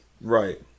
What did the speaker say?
right